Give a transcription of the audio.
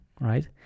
right